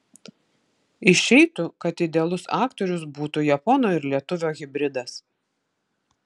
išeitų kad idealus aktorius būtų japono ir lietuvio hibridas